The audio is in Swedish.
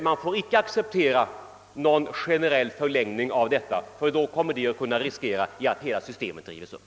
Man får icke acceptera någon generell förlängning härav, ty detta kommer att medföra risk för att hela systemet rives upp.